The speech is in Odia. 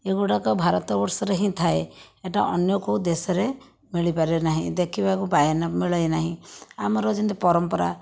ଏଗୁଡ଼ାକ ଭାରତ ବର୍ଷରେ ହିଁ ଥାଏ ଏହିଟା ଅନ୍ୟ କେଉଁ ଦେଶରେ ମିଳିପାରେ ନାହିଁ ଦେଖିବାକୁ ପାଏନା ମିଳେ ନାହିଁ ଆମର ଯେମିତି ପରମ୍ପରା